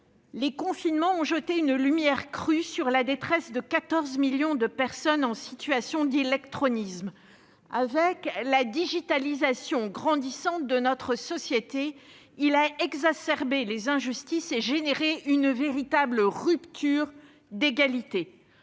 les confinements ont jeté une lumière crue sur la détresse de 14 millions de personnes en situation d'illectronisme. Avec la digitalisation grandissante de notre société, les injustices sont exacerbées, et il y a une véritable rupture d'égalité.